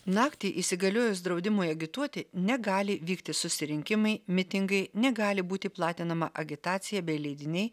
naktį įsigaliojus draudimui agituoti negali vykti susirinkimai mitingai negali būti platinama agitacija bei leidiniai